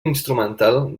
instrumental